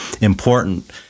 important